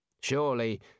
Surely